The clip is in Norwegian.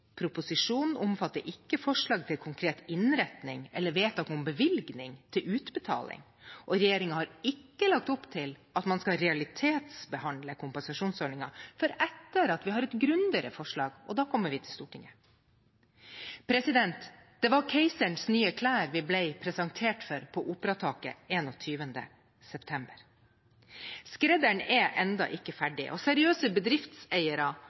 Proposisjonen omfatter ikke forslag til en konkret innretning eller vedtak om bevilgning til utbetaling, og regjeringen har ikke lagt opp til at man skal realitetsbehandle kompensasjonsordningen før etter at vi har et grundigere forslag, og da kommer vi til Stortinget. Det var keiserens nye klær vi ble presentert for på operataket 21. september. Skredderen er ennå ikke ferdig, og seriøse bedriftseiere